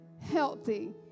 healthy